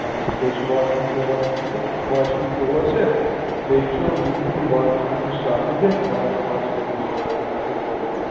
تَتہِ بیٚیہِ چھُ واش روٗم بیٚیہِ چھِ واش روٗم ژور چھِ بیٚیہِ چھُ نٮ۪برۍ کِنۍ وازٕ خٲطرٕ شاٹہٕ دِتھ واز پازٕ چھِ تَتی سورُے کیٚنٛہہ آسان سورُے کیٚنٛہہ